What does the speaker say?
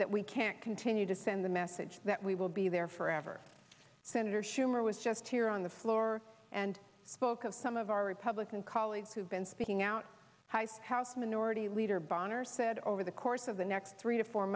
that we can't continue to send the message that we will be there forever senator schumer was just here on the floor and spoke of some of our republican colleagues who've been speaking out house minority leader boehner said over the course of the next three to four